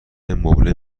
مبله